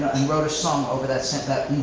and wrote a song over that so